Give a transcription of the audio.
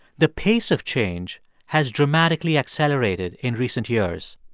the pace of change has dramatically accelerated in recent years.